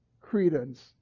credence